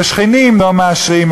ושכנים לא מאשרים,